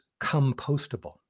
compostable